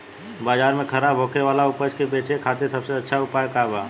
बाजार में खराब होखे वाला उपज के बेचे खातिर सबसे अच्छा उपाय का बा?